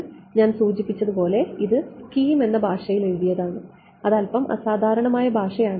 അതിനാൽ ഞാൻ സൂചിപ്പിച്ചതുപോലെ ഇത് സ്കീം എന്ന ഭാഷയിൽ എഴുതിയതാണ് അത് അൽപ്പം അസാധാരണമായ ഭാഷയാണ്